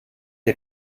der